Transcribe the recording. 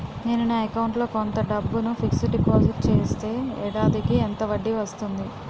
నేను నా అకౌంట్ లో కొంత డబ్బును ఫిక్సడ్ డెపోసిట్ చేస్తే ఏడాదికి ఎంత వడ్డీ వస్తుంది?